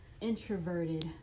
introverted